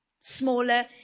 smaller